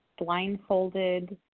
blindfolded